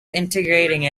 integrating